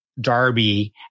Darby